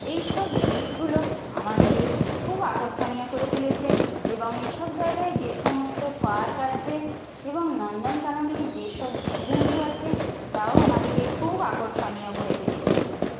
এইসব জিনিসগুলো আমাদেরকে খুব আকর্ষণীয় করে তুলেছে এবং এসব জায়গায় যে সমস্ত পার্ক আছে এবং নন্দন কাননে যেসব জীবজন্তু আছে তাও আমাদেরকে খুব আকর্ষণীয় করে তুলেছে